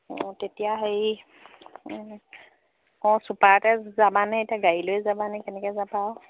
অঁ তেতিয়া হেৰি অঁ চুপাৰতে যাবা নে এতিয়া গাড়ী লৈ যাবা নে কেনেকৈ যাবা আ